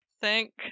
Thank